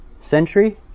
century